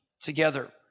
together